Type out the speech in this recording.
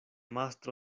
mastro